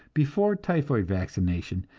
before typhoid vaccination,